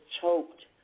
choked